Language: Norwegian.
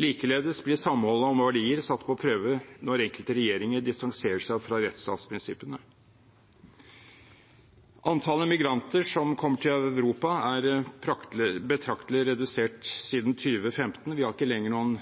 Likeledes blir samholdet om verdier satt på prøve når enkelte regjeringer distanserer seg fra rettsstatsprinsippene. Antallet migranter som kommer til Europa, er betraktelig redusert siden 2015. Vi har ikke lenger noen